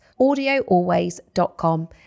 audioalways.com